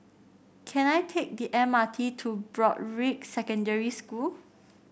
can I take the M R T to Broadrick Secondary School